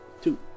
Two